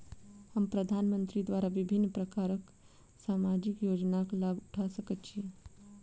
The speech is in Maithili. हम प्रधानमंत्री द्वारा विभिन्न प्रकारक सामाजिक योजनाक लाभ उठा सकै छी?